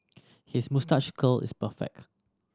his moustache curl is perfect